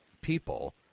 people